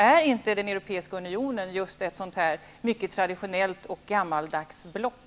Är inte den europeiska unionen ett sådant mycket traditionellt och gammaldags block?